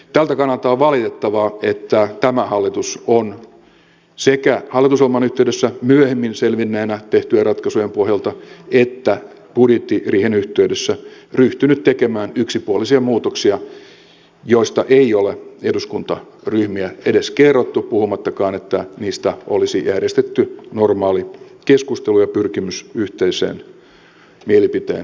tältä kannalta on valitettavaa että tämä hallitus on sekä hallitusohjelman yhteydessä myöhemmin selvinneenä tehtyjen ratkaisujen pohjalta että budjettiriihen yhteydessä ryhtynyt tekemään yksipuolisia muutoksia joista ei ole eduskuntaryhmille edes kerrottu puhumattakaan että niistä olisi järjestetty normaali keskustelu ja pyrkimys yhteisen mielipiteen muodostukseen